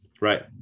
right